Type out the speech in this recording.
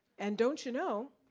and don't you know,